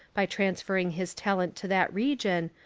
by transferring his talent to that re gion,